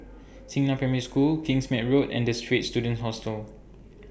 Xingnan Primary School Kingsmead Road and The Straits Students Hostel